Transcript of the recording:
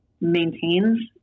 maintains